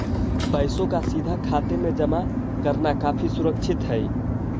पैसों का सीधा खाते में जमा करना काफी सुरक्षित हई